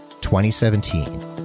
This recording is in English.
2017